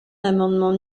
l’amendement